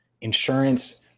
Insurance